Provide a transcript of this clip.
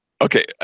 Okay